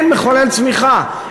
אין מחולל צמיחה.